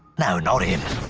no, not him.